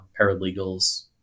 paralegals